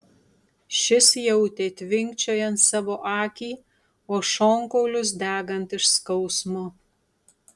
šis jautė tvinkčiojant savo akį o šonkaulius degant iš skausmo